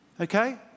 okay